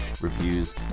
reviews